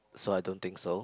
so I don't think so